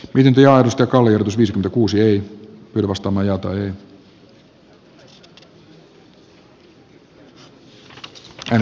viljaa joka oli viisi kuusi ei sitten pöytäkirjamerkintöjä